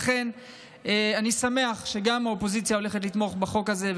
לכן אני שמח שגם האופוזיציה וגם הקואליציה הולכות לתמוך בחוק הזה.